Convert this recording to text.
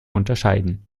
unterscheiden